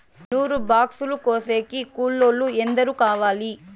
నూరు బాక్సులు కోసేకి కూలోల్లు ఎందరు కావాలి?